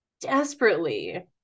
desperately